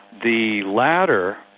the latter,